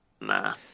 Nah